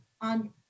on